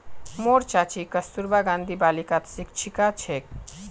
मोर चाची कस्तूरबा गांधी बालिकात शिक्षिका छेक